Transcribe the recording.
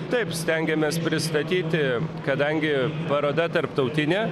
taip stengiamės pristatyti kadangi paroda tarptautinė